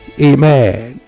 Amen